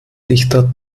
dichter